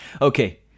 Okay